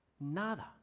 Nada